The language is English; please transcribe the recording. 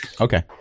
Okay